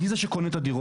אני זה שקונה את הדירות,